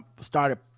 started